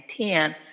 2010